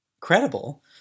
credible